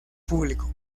público